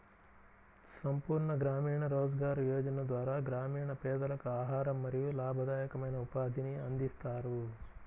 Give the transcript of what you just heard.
సంపూర్ణ గ్రామీణ రోజ్గార్ యోజన ద్వారా గ్రామీణ పేదలకు ఆహారం మరియు లాభదాయకమైన ఉపాధిని అందిస్తారు